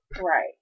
Right